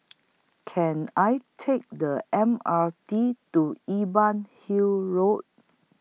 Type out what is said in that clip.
Can I Take The M R T to Imbiah Hill Road